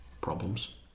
problems